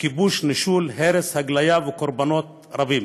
כיבוש, נישול, הרס, הגליה וקורבנות רבים.